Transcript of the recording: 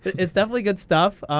it's definitely good stuff.